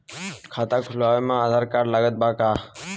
खाता खुलावे म आधार कार्ड लागत बा का?